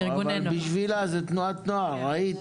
זה בארגוני נוער, אבל בשבילה זה תנועת נוער, ראית.